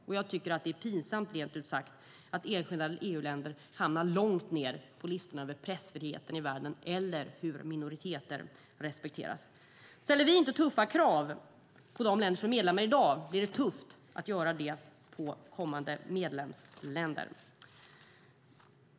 Och jag tycker att det är pinsamt, rent ut sagt, att enskilda EU-länder hamnar långt ned på listan över pressfriheten i världen eller hur minoriteter respekteras. Ställer vi inte tuffa krav på de länder som är medlemmar i dag blir det tufft att göra det på kommande medlemsländer.